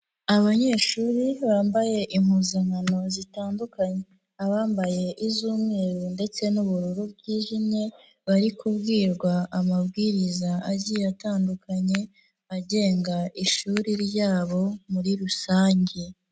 Abanyeshuri bambaye impuzankano zitandukanye, abambaye iz'umweru ndetse n'ubururu bwijimye, bari kubwirwa amabwiriza agiye atandukanye, agenga ishuri ryabo muri rusange.